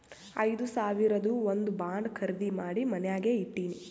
ಐದು ಸಾವಿರದು ಒಂದ್ ಬಾಂಡ್ ಖರ್ದಿ ಮಾಡಿ ಮನ್ಯಾಗೆ ಇಟ್ಟಿನಿ